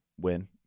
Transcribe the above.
Win